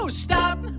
stop